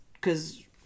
cause